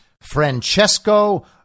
Francesco